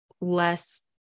less